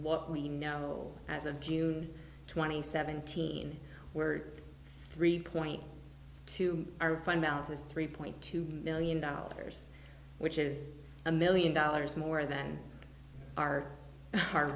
what we know as of june twenty seventh teen we're three point two our fund balance is three point two million dollars which is a million dollars more than our cur